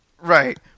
Right